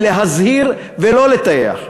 ולהזהיר ולא לטייח.